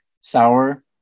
sour